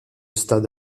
stade